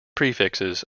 prefixes